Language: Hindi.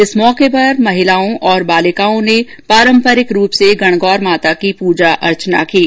इस मौके पर आज महिलाओं और बालिकाओं ने पारम्परिक रूप से गणगौर माता की पूजा अर्चना की हैं